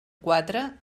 quatre